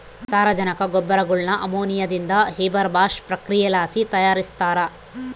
ಸಾರಜನಕ ಗೊಬ್ಬರಗುಳ್ನ ಅಮೋನಿಯಾದಿಂದ ಹೇಬರ್ ಬಾಷ್ ಪ್ರಕ್ರಿಯೆಲಾಸಿ ತಯಾರಿಸ್ತಾರ